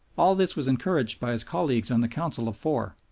all this was encouraged by his colleagues on the council of four,